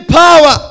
power